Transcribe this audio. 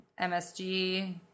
MSG